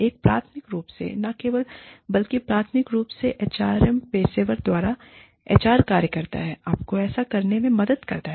एक प्राथमिक रूप से न केवल बल्कि प्राथमिक रूप से एचआर पेशेवर द्वारा एचआर कार्य करता है आपको ऐसा करने में मदद करता है